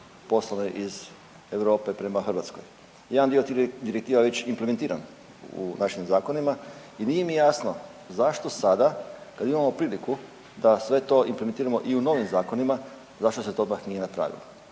poslane iz Europe prema Hrvatskoj. Jedan dio tih direktiva je već implementiran u našim zakonima. I nije mi jasno zašto sada kada imamo priliku da to sve implementiramo i u novim zakonima zašto se to nije napravilo,